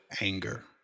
anger